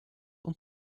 und